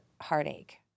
heartache